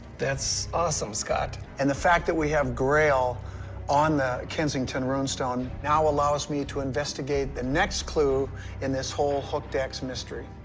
that's awesome, scott. and the fact that we have grail on the kensington rune stone now allows allows me to investigate the next clue in this whole hooked x mystery.